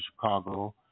Chicago